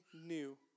new